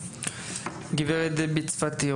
הגברת דבי צפתי,